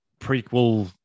prequel